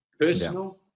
Personal